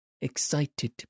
excited